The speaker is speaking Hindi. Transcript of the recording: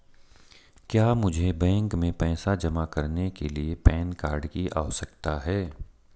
क्या मुझे बैंक में पैसा जमा करने के लिए पैन कार्ड की आवश्यकता है?